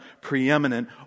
preeminent